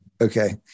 Okay